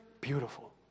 Beautiful